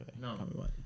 No